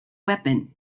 weapon